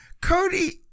Cody –